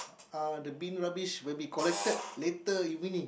uh the bin rubbish will be collected later evening